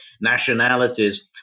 nationalities